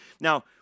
Now